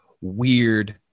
weird